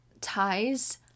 ties